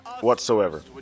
whatsoever